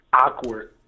awkward